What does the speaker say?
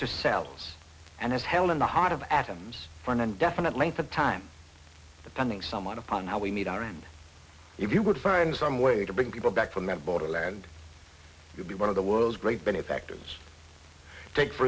to sales and is held in the heart of atoms for an indefinite length of time the pending somewhat upon how we meet our end if you would find some way to bring people back from the border and be one of the world's great benefactor take for